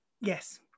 Yes